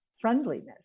friendliness